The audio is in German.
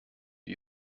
die